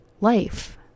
life